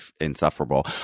insufferable